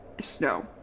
snow